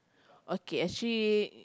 okay actually